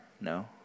No